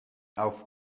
auf